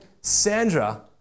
Sandra